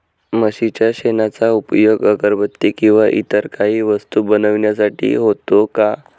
म्हशीच्या शेणाचा उपयोग अगरबत्ती किंवा इतर काही वस्तू बनविण्यासाठी होतो का?